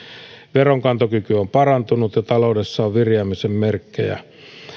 veronkantokyky on parantunut ja taloudessa on viriämisen merkkejä